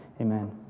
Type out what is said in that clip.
Amen